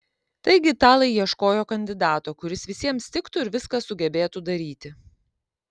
taigi italai ieškojo kandidato kuris visiems tiktų ir viską sugebėtų daryti